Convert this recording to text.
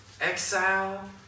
Exile